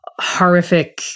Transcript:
horrific